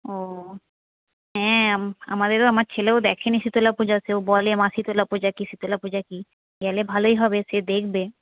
ও হ্যাঁ আমাদেরও আমার ছেলেও দেখেনি শীতলা পূজা সেও বলে মা শীতলা পূজা কী শীতলা পূজা কী গেলে ভালোই হবে সে দেখবে